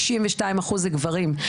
92% זה גברים.